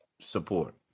support